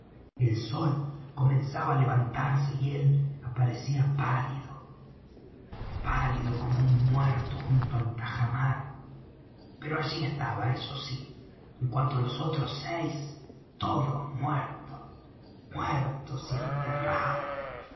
el sol comenzaba á levantarse y él aparecía pálido pálido como un muerto junto al tajamar pero allí estaba eso sí en cuanto á los otros seis todos muertos muertos y enterrados